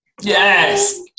Yes